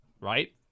right